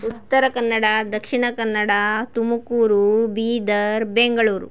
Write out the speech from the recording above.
Uttara Kannada Dakshina Kannada Tumakuru Bidar Bengaluru